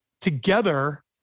together